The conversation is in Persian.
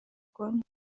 کنیم